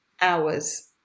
hours